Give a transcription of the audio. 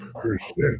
percent